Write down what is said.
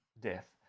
death